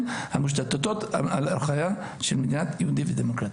המושתתות על ערכיה של מדינה יהודית ודמוקרטית".